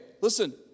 listen